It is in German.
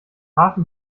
hafen